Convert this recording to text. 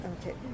okay